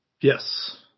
Yes